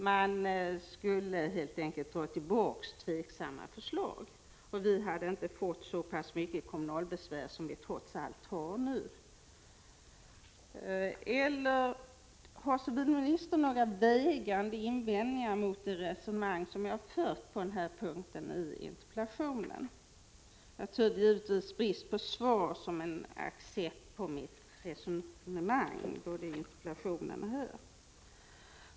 Man skulle helt enkelt dra tillbaka tvivelaktiga förslag. Då skulle vi inte heller få så mycket kommunalbesvär som vi trots allt har nu. Har civilministern några vägande invändningar mot mitt resonemang? Jag tyder givetvis brist på svar som en accept på mitt sätt att resonera både i interpellationen och här.